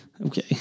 Okay